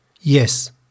Yes